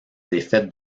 défaite